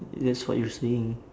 that's what you're saying